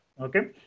okay